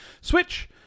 Switch